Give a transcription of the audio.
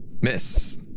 Miss